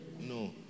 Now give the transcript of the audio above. No